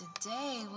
Today